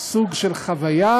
סוג של חוויה